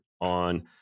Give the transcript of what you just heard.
on